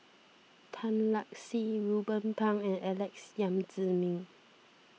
Tan Lark Sye Ruben Pang and Alex Yam Ziming